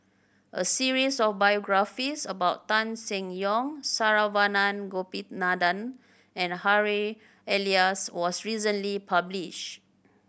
a series of biographies about Tan Seng Yong Saravanan Gopinathan and Harry Elias was recently published